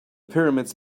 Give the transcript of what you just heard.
pyramids